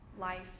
life